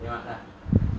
okay mak dah